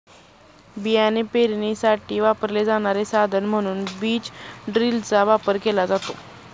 बियाणे पेरणीसाठी वापरले जाणारे साधन म्हणून बीज ड्रिलचा वापर केला जातो